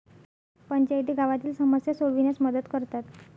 पंचायती गावातील समस्या सोडविण्यास मदत करतात